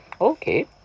okay